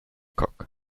cock